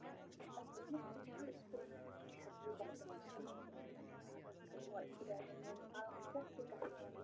تتھ ؤژھ نٮ۪صفہٕ چھَلٕے تھوٚد چھَس بہٕ وَدان تتھ بہٕ کوٗتاہ چھَس وَدان مےٚ دوٚپ واے خۄدایہِ واے مینا میٛانٮ۪ن پلون کیٛاہ چھُ گَژھان یہِ